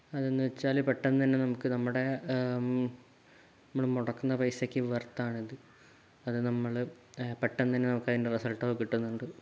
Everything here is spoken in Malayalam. അതെന്ന് വെച്ചാല് പെട്ടെന്നുതന്നെ നമുക്ക് നമ്മുടെ നമ്മള് മുടക്കുന്ന പൈസക്ക് വർത്താണിത് അത് നമ്മള് പെട്ടന്നുതന്നെ അതിൻ്റെ റിസൽട്ടൊക്കെ കിട്ടുന്നുണ്ട്